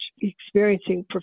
experiencing